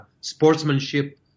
sportsmanship